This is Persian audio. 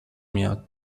میاد